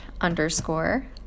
underscore